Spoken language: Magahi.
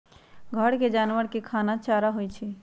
घर के जानवर के खाना चारा होई छई